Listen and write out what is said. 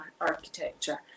architecture